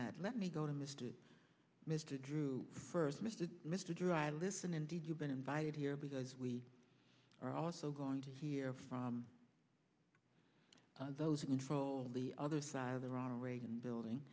that let me go to mr mr drew first mr mr dry listen indeed you've been invited here because we are also going to hear from those who control the other side of the ronald reagan building